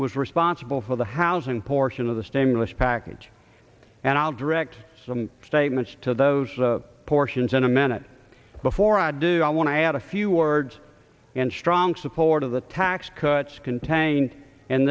was responsible for the housing portion of the stimulus package and i'll direct some statements to those portions in a minute before i do i want to add a few words and strong support of the tax cuts contain